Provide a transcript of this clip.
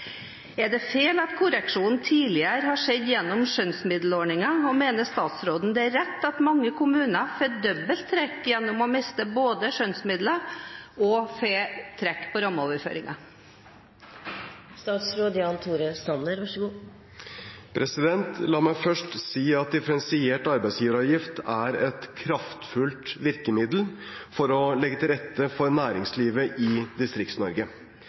er den samme som de rød-grønne fulgte i 2004 og 2007. Er det feil at korreksjonen tidligere har skjedd gjennom skjønnsmiddelordningen, og mener statsråden det er riktig at mange kommuner får dobbelt trekk gjennom å miste både skjønnsmidler og rammeoverføringer?» La meg først si at differensiert arbeidsgiveravgift er et kraftfullt virkemiddel for å legge til rette for næringslivet i